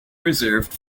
reserved